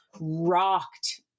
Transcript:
rocked